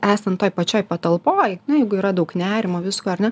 esant toj pačioj patalpoj nu jeigu yra daug nerimo visko ar ne